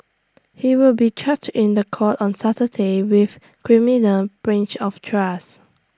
he will be charged in The Court on Saturday with criminal breach of trust